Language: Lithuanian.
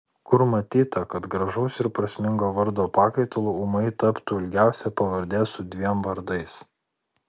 kur matyta kad gražaus ir prasmingo vardo pakaitalu ūmai taptų ilgiausia pavardė su dviem vardais